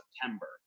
September